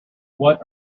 what